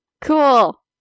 Cool